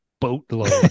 boatload